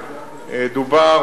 דובר,